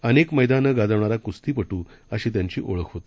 अनेकमैदानंगाजवणाराकुस्तीपटू अशीत्यांचीओळखहोती